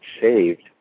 saved